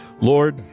lord